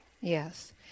Yes